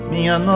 Minha